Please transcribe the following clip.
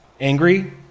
angry